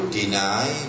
deny